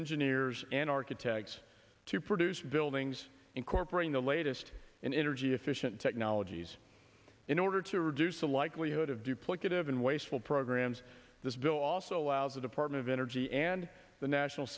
engineer years and architects to produce buildings incorporating the latest in energy efficient technologies in order to reduce the likelihood of duplicative and wasteful programs this bill also allows the department of energy and the national